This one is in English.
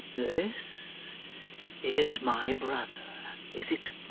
this is my brother, is it!